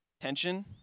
Tension